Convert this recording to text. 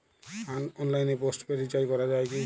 অনলাইনে postpaid recharge করা যায় কি?